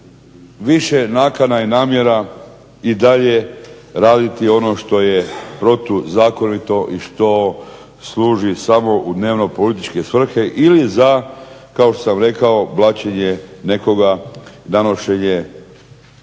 više nakana i namjera i dalje raditi ono što je protuzakonito i što služi samo u dnevno-političke svrhe ili za, kao što sam rekao, blaćenje nekoga, nanošenje